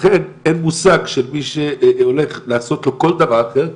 לכן אין מושג של מי שהולך לעשות לו כל דבר אחר,